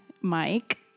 Mike